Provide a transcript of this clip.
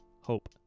Hope